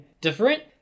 different